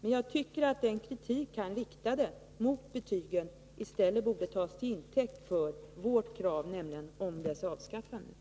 Men jag tycker att den kritik han riktade mot betygen borde tas till intäkt för att tillgodose vårt krav, nämligen att betygen skall avskaffas.